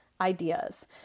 Ideas